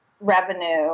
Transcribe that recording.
revenue